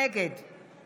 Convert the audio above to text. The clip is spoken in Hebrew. נגד